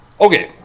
Okay